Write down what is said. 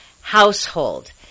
household